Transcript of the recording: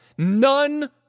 None